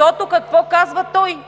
актове. Какво казва той: